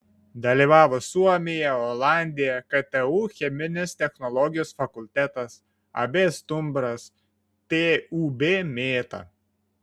dalyvavo suomija olandija ktu cheminės technologijos fakultetas ab stumbras tūb mėta